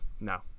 no